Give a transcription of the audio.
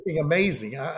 amazing